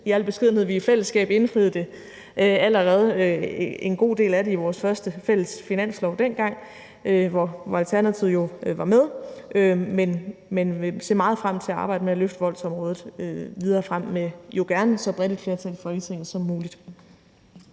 i al beskedenhed, vi i fællesskab indfriede ambitionerne, en god del af dem, i vores første fælles finanslov dengang, hvor Alternativet var med, men vil se meget frem til at arbejde med at løfte voldsområdet videre frem og jo gerne med så bredt et flertal i Folketinget som muligt.